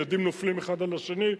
הילדים נופלים האחד על השני,